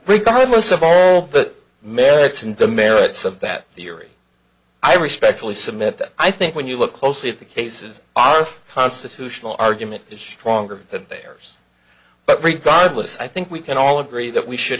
regardless of all the merits and the merits of that theory i respectfully submit that i think when you look closely at the cases our constitutional argument is stronger than theirs but regardless i think we can all agree that we should